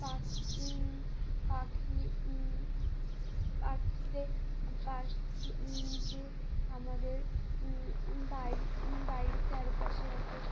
পা পাখি পাখিতে পাখি যে আমাদের বাড়ি বাড়ির চারিপাশে এত